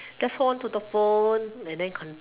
just hold onto the phone and then cont~